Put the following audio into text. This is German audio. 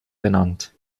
benannt